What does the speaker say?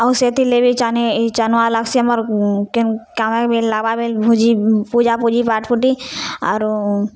ଆଉ ସେଥିର୍ରେ ବି ଚାନୁଆ ଲାଗ୍ସି ଆମର୍ କେନ୍ କାମେ ବି ଲାଗ୍ବା ବୋଲି ଭୁଜି ପୂଜା ପୁଜି ପାଠ ପୁଠି ଆରୁ